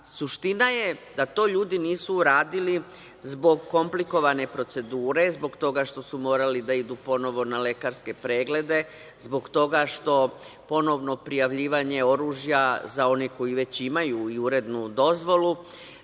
Suština je da to ljudi nisu uradili zbog komplikovane procedure, zbog toga što su morali da idu ponovo na lekarske preglede, zbog toga što ponovno prijavljivanje oružja za one koji već imaju i urednu dozvolu,